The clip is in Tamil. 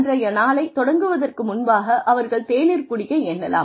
அன்றைய நாளை தொடங்குவதற்கு முன்பாக அவர்கள் தேநீர் குடிக்க எண்ணலாம்